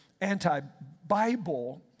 anti-Bible